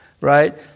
Right